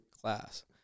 class